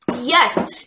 Yes